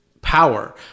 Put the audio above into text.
power